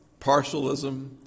partialism